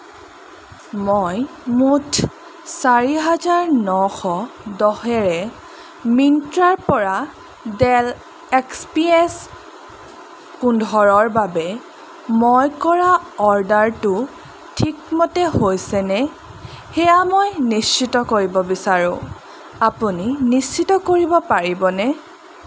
মই মুঠ চাৰি হাজাৰ নশ দহেৰে মিন্ত্ৰাৰপৰা ডেল এক্স পি এছ পোন্ধৰৰ বাবে মই কৰা অৰ্ডাৰটো ঠিকমতে হৈছেনে সেয়া মই নিশ্চিত কৰিব বিচাৰোঁ আপুনি নিশ্চিত কৰিব পাৰিবনে